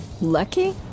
Lucky